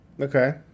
Okay